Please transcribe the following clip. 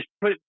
put